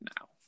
now